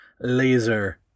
laser